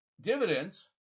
dividends